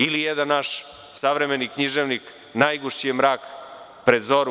Ili jedan naš savremeni književnik – najgušći je mrak pred zoru.